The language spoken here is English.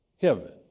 heaven